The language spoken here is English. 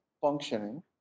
functioning